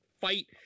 fight